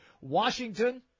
Washington